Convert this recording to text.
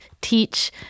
teach